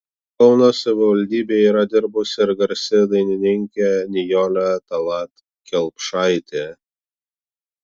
kauno savivaldybėje yra dirbusi ir garsi dainininkė nijolė tallat kelpšaitė